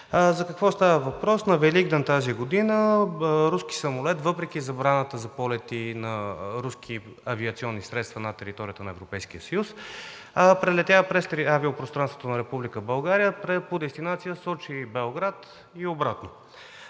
За какво става въпрос? На Великден тази година руски самолет, въпреки забраната за полети на руски авиационни средства над територията на Европейския съюз, прелетя през авиопространството на Република България по дестинация Сочи – Белград и обратно.